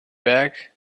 back